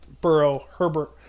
Burrow-Herbert-